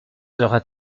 sera